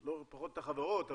לא פחות את החברות,